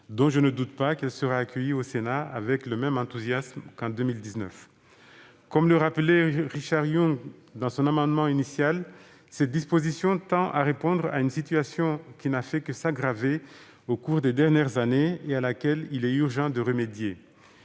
Je ne doute pas qu'elle sera accueillie au Sénat avec le même enthousiasme qu'en 2019. Comme le rappelait Richard Yung dans son amendement initial, cette disposition tend à répondre à une situation qui n'a fait que s'aggraver au cours des dernières années et à laquelle il est urgent de remédier.